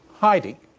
Heidi